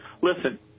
Listen